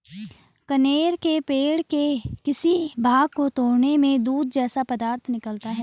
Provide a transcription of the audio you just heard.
कनेर के पेड़ के किसी भाग को तोड़ने में दूध जैसा पदार्थ निकलता है